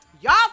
y'all